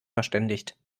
verständigt